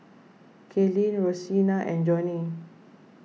Kaelyn Rosena and Johny